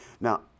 Now